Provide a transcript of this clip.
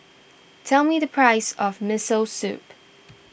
tell me the price of Miso Soup